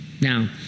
Now